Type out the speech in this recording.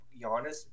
Giannis